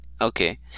Okay